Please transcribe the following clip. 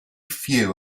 few